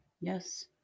Yes